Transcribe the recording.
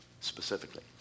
specifically